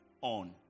on